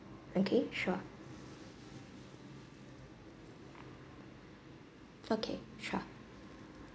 okay sure okay sure